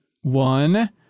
one